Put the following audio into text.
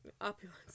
Opulence